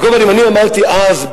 על כל פנים, אמרתי אז,